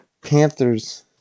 Panthers